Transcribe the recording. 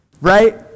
right